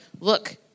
look